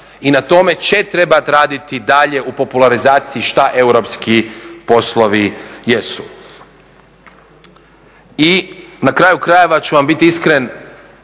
I na tome će trebati raditi dalje u popularizaciji što europski poslovi jesu. I na kraju krajeva ću vam biti iskren